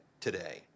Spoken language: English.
today